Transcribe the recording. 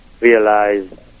realize